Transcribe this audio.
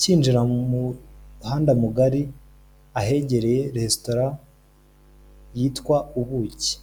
kinjira mu muhanda mugari ahegereye resitora yitwa ubuki.